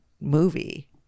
movie